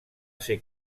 ser